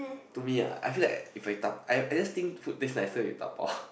to me ah I feel like if I dabao I I just think food taste nicer if dabao